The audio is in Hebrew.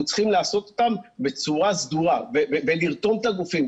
אנחנו צריכים לעשות אותם בצורה סדורה בלרתום את הגופים,